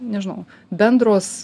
nežinau bendros